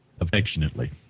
affectionately